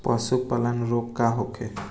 पशु प्लग रोग का होखे?